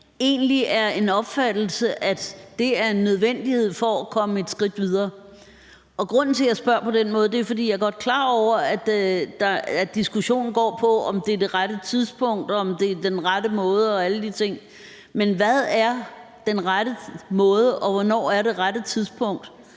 egentlig er en opfattelse, altså at det er en nødvendighed for at komme et skridt videre. Grunden til, at jeg spørger på den måde, er, at jeg godt er klar over, at diskussionen går på, om det er det rette tidspunkt, om det er den rette måde at gøre det på og alle de ting. Men hvad er den rette måde, og hvornår er det rette tidspunkt